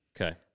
Okay